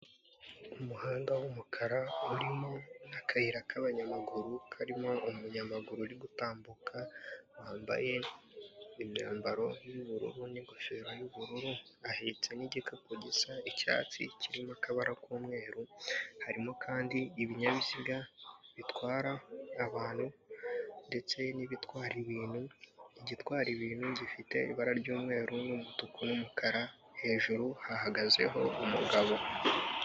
Umuhanda w'umukara urimo n'akayira k'abanyamaguru karimo umunyamaguru uri gutambuka, wambaye imyambaro y'ubururu n'ingofero y'ubururu ahetse n'igikapu gisa icyatsi kirimo akabara k'umweru, harimo kandi ibinyabiziga bitwara abantu ndetse n'ibitwara ibintu, igitwara ibintu gifite ibara ry'umweru n'umutuku n'umukara hejuru hahagazeho umugabo.